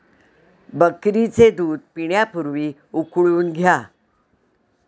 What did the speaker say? बकरीचे दूध पिण्यापूर्वी उकळून घ्या